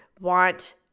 want